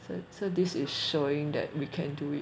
so so this is showing that we can do it